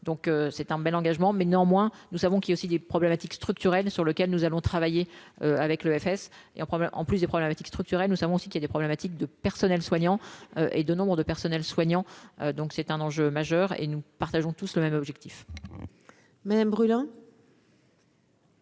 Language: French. donc c'est un bel engagement mais néanmoins, nous savons qu'il y a aussi des problématiques structurelles sur lequel nous allons travailler avec l'EFS et un problème en plus des problèmes éthiques structurelles, nous savons aussi qu'il y a des problématiques de personnel soignant et de nombres de personnel soignant, donc c'est un enjeu majeur et nous partageons tous le même objet. Madame brûlant.